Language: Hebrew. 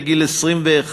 לגיל 21,